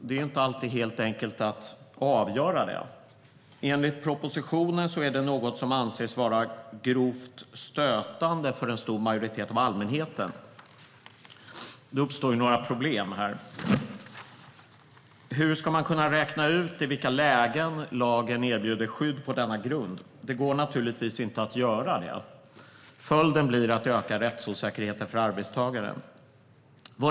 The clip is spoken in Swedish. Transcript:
Det är inte alltid helt enkelt att avgöra. Enligt propositionen är det något som anses vara "grovt stötande för en stor majoritet av allmänheten". Här uppstår flera problem. Hur ska man kunna räkna ut i vilka lägen lagen erbjuder skydd på denna grund? Det går naturligtvis inte. Följden blir att det ökar rättsosäkerheten för arbetstagaren.